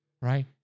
right